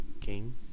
King